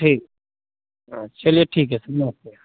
ठीक हाँ चलिए ठीक है नमस्ते